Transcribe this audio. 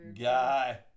Guy